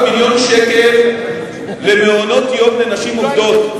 הוספנו 700 מיליון שקל למעונות-יום לנשים עובדות.